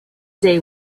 day